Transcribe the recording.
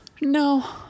No